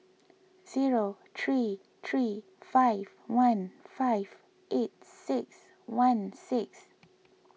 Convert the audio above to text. zero three three five one five eight six one six